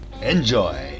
Enjoy